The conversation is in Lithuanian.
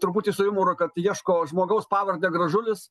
truputį su jumoru kad ieško žmogaus pavarde gražulis